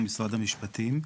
משרד המשפטים.